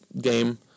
game